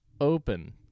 open